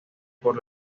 por